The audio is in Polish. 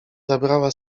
zabrała